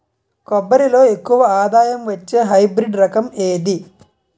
కొబ్బరి లో ఎక్కువ ఆదాయం వచ్చే హైబ్రిడ్ రకం ఏది?